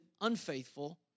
unfaithful